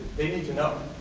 they need to know.